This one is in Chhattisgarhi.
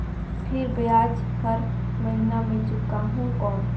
फिर ब्याज हर महीना मे चुकाहू कौन?